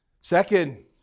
Second